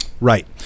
Right